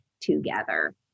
together